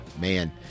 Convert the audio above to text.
man